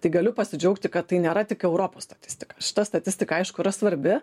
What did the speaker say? tai galiu pasidžiaugti kad tai nėra tik europos statistika šita statistika aišku yra svarbi